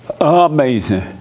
Amazing